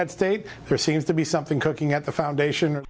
out state there seems to be something cooking at the foundation or